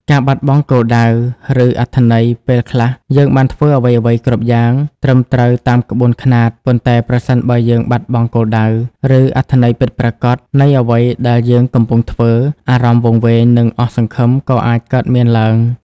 ការបាត់បង់គោលដៅ ឬអត្ថន័យពេលខ្លះ យើងបានធ្វើអ្វីៗគ្រប់យ៉ាងត្រឹមត្រូវតាមក្បួនខ្នាត ប៉ុន្តែប្រសិនបើយើងបាត់បង់គោលដៅ ឬអត្ថន័យពិតប្រាកដនៃអ្វីដែលយើងកំពុងធ្វើ អារម្មណ៍វង្វេង និងអស់សង្ឃឹមក៏អាចកើតមានឡើង។